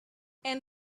and